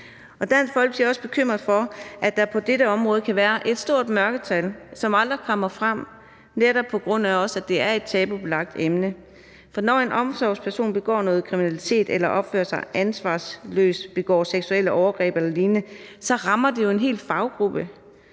Dansk Folkeparti er også bekymret for, at der på dette område kan være et stort mørketal, som aldrig kommer frem, netop også på grund af at det er et tabubelagt emne. For når en omsorgsperson begår noget kriminelt eller opfører sig ansvarsløst, begår seksuelle overgreb eller lignende, så rammer det jo en hel faggruppe.